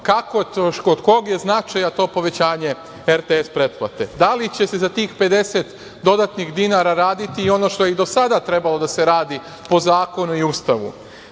rekao od kog je značaja to povećanje RTS pretplate, da li će se za tih dodatnih 50 dinara raditi i ono što je do sada trebalo da se radi po zakonu i Ustavu,